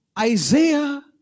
Isaiah